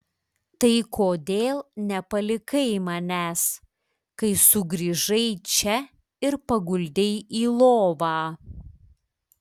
tai kodėl nepalikai manęs kai sugrįžai čia ir paguldei į lovą